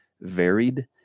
varied